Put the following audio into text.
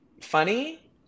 funny